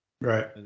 Right